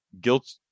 guilt